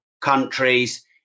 countries